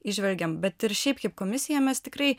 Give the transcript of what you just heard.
įžvelgiam bet ir šiaip kaip komisija mes tikrai